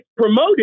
promoted